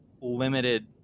limited